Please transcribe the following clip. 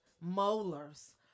molars